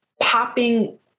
popping